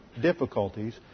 difficulties